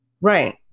Right